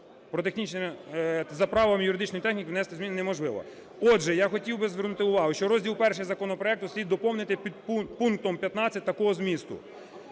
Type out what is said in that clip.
…за правом юридичної техніки внести зміни неможливо. Отже, я хотів би звернути увагу, що розділ І законопроекту слід доповнити пунктом 15 такого змісту: